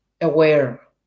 aware